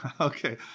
Okay